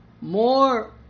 More